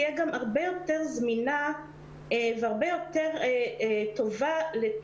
לא מתקיימת, ומדובר בזמן המתנה ארוך.